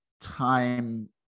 time